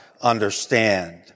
understand